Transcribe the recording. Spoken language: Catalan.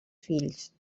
fills